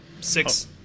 six